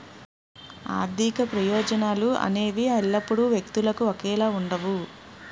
ఆర్థిక ప్రయోజనాలు అనేవి ఎల్లప్పుడూ వ్యక్తులకు ఒకేలా ఉండవు